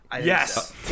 Yes